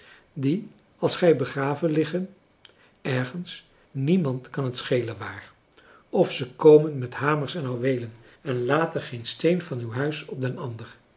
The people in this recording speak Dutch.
die als gij begraven liggen ergens niemand kan het schelen wààr of ze komen met hamers en houweelen en laten geen steen van uw huis op den ander